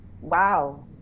wow